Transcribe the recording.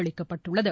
அளிக்கப்பட்டுள்ளது